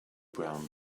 brown